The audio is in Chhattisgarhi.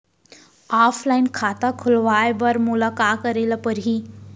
ऑफलाइन खाता खोलवाय बर मोला का करे ल परही?